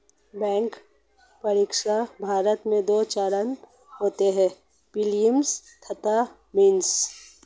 bank परीक्षा, भारत में दो चरण होते हैं प्रीलिम्स तथा मेंस